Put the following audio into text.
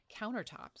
countertops